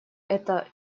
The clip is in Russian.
эта